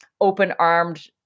open-armed